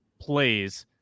plays